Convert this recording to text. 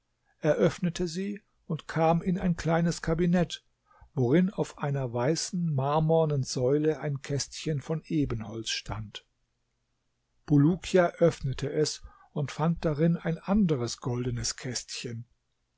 öffnete sie und kam in ein kleines kabinett worin auf einer weißen marmornen säule ein kästchen von ebenholz stand bulukia öffnete es und fand darin ein anderes goldenes kästchen